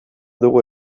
dugu